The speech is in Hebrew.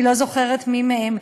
אני לא זוכרת מי מהם,